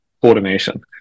coordination